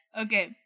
Okay